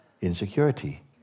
insecurity